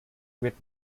with